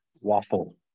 waffle